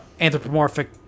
anthropomorphic